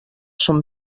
són